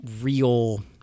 real